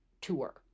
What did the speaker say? tour